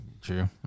true